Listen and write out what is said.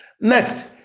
Next